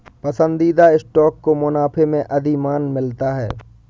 पसंदीदा स्टॉक को मुनाफे में अधिमान मिलता है